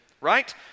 right